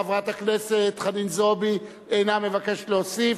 חברת הכנסת חנין זועבי אינה מבקשת להוסיף.